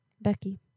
Becky